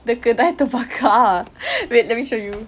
the kedai terbakar wait let me show you